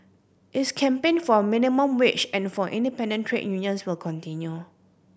its campaign for minimum wage and for independent trade unions will continue